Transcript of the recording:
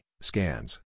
scans